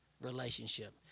relationship